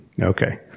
okay